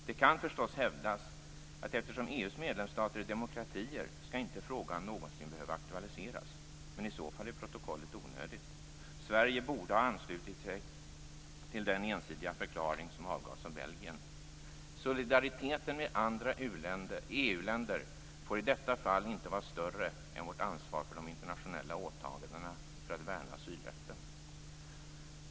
Det kan förstås hävdas att eftersom EU:s medlemsstater är demokratier skall inte frågan någonsin behöva aktualiseras. Men i så fall är protokollet onödigt. Sverige borde ha anslutit sig till den ensidiga förklaring som avgavs av Belgien. Solidariteten med andra EU-länder får i detta fall inte vara större än vårt ansvar för de internationella åtagandena för att värna asylrätten.